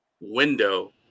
window